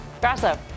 Grasso